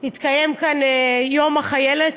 בשבוע הבא יתקיים כאן יום החיילת.